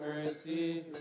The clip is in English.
mercy